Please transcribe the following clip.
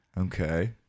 Okay